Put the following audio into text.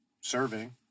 Serving